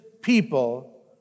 people